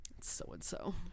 so-and-so